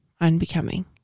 unbecoming